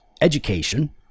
education